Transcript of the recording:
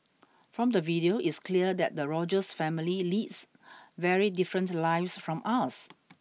from the video it's clear that the Rogers family leads very different lives from us